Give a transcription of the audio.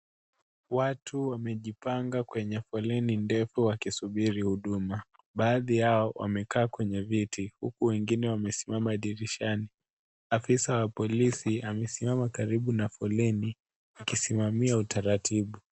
Watu wamejipanga kwenye foleni ndefu wakisubiri huduma, baadhi yao wamekaa kwenye viti huku wengine wamesiamama dirishani, afisa wa polisi amesimama karibu na foleni akisimamia utaratibu.